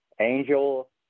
Angel